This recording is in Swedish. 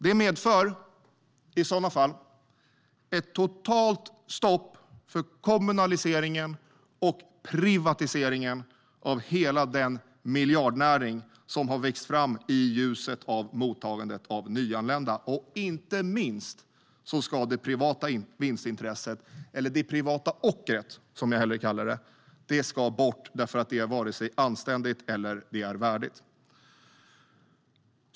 Det medför i sådana fall ett totalt stopp för kommunaliseringen och privatiseringen av hela den miljardnäring som har växt fram i ljuset av mottagandet av nyanlända. Inte minst ska det privata vinstintresset - eller det privata ockret, som jag hellre kallar det - bort. Det är varken anständigt eller värdigt.